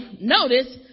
notice